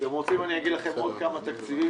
אם אתם רוצים אגיד לכם עוד כמה תקציבים.